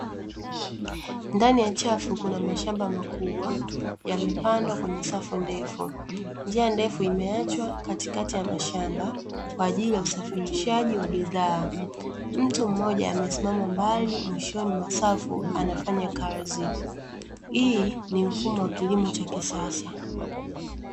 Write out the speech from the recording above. Ndani ya chafu kuna mashamba makubwa yamepandwa kwenye safu ndefu, njia ndefu imeachwa katikati ya mashamba kwa ajili ya usafirishaji wa bidhaa. Mtu mmoja amesimama mbali mwingine amesimama mbali mwishoni mwa safu anafanya kazi. Hii ni mfumo wa kilimo cha kisasa.